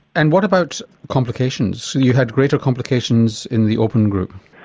and what about complications? you had greater complications in the open group.